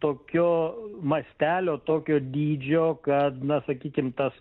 tokio mastelio tokio dydžio kad na sakykim tas